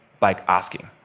by asking.